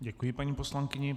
Děkuji paní poslankyni.